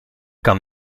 kan